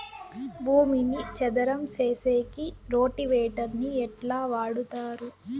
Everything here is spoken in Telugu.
భూమిని చదరం సేసేకి రోటివేటర్ ని ఎట్లా వాడుతారు?